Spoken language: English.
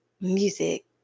music